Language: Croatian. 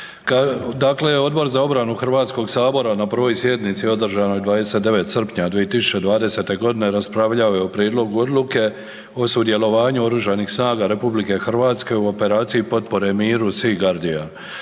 Dakle, Odbor za obranu Hrvatskog sabor na 1. sjednici održanoj 29. srpnja 2020. godine raspravljao je o Prijedlogu odluke o sudjelovanju Oružanih snaga RH u operaciji potpore miru „Sea